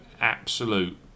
absolute